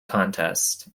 contest